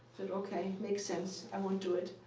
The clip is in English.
okay, makes sense. i won't do it.